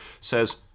Says